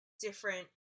different